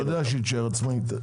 אתה יודע שהיא תישאר עצמאית.